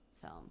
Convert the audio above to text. film